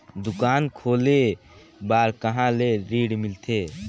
दुकान खोले बार कहा ले ऋण मिलथे?